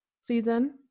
season